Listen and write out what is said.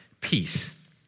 peace